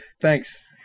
Thanks